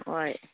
ꯍꯣꯏ